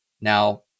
now